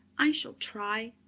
i shall try,